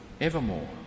evermore